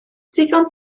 digon